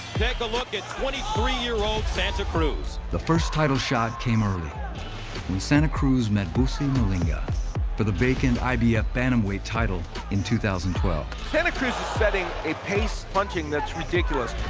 take a look at twenty three year old santa cruz. the first title shot came early when santa cruz met vusi malinga for the vacant ibf bantamweight title in two thousand and twelve. santa cruz is setting a pace punching that's ridiculous.